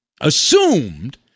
assumed